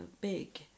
big